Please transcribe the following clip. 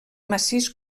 massís